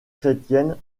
chrétienne